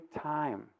time